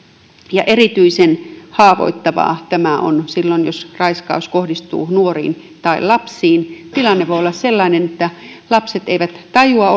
ja erityisen haavoittavaa tämä on silloin jos raiskaus kohdistuu nuoriin tai lapsiin tilanne voi olla sellainen että lapset eivät tajua